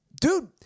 Dude